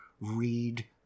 read